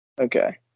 Okay